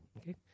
Okay